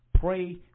Pray